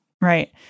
Right